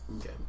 okay